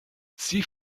sie